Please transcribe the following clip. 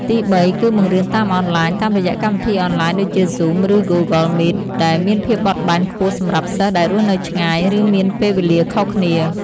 ទីបី គឺបង្រៀនតាមអនឡាញ តាមរយៈកម្មវិធីអនឡាញដូចជា Zoom ឬ Google Meet ដែលមានភាពបត់បែនខ្ពស់សម្រាប់សិស្សដែលរស់នៅឆ្ងាយ ឬមានពេលវេលាខុសគ្នា។